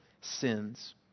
sins